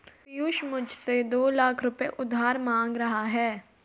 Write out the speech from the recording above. पियूष मुझसे दो लाख रुपए उधार मांग रहा है